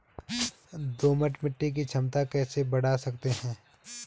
दोमट मिट्टी की क्षमता कैसे बड़ा सकते हैं?